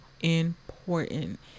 important